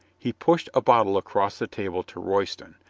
he pushed a bottle across the table to royston,